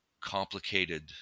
complicated